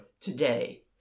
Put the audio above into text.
today